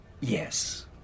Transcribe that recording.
Yes